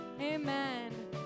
amen